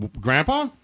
Grandpa